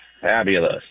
fabulous